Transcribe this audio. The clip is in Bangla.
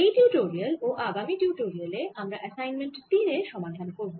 এই টিউটোরিয়াল ও আগামি টিউটোরিয়ালে আমরা অ্যাসাইনমেন্ট তিন এর সমাধান করব